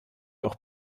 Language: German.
auch